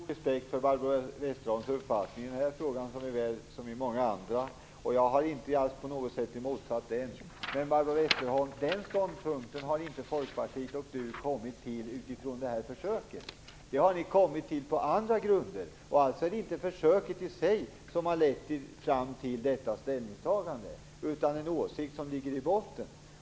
Fru talman! Jag har mycket stor respekt för Barbro Westerholms uppfattning i den här frågan såväl som i många andra. Jag har inte alls på något sätt motsatt mig den. Men den ståndpunkten har Folkpartiet inte kommit fram till efter det här försöket. Det har ni kommit fram till på andra grunder. Det är inte försöket i sig som har lett er fram till detta ställningstagande, utan en åsikt som ligger i botten.